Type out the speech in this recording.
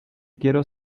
quiero